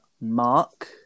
mark